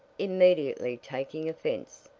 immediately taking offense.